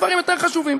יש דברים יותר חשובים.